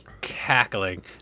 cackling